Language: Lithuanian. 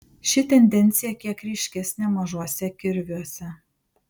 ši tendencija kiek ryškesnė mažuose kirviuose